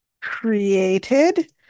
created